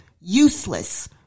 Useless